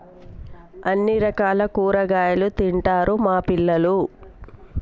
అన్ని రకాల కూరగాయలు తింటారు మా పిల్లలు